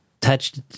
touched